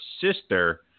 sister